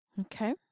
okay